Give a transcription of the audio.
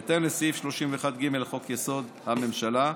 בהתאם לסעיף 31(ג) לחוק-יסוד: הממשלה,